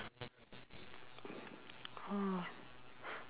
oh